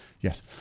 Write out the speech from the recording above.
yes